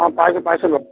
অঁ পাইছিলোঁ পাইছিলোঁ